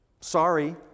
sorry